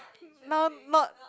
now not